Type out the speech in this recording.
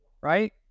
right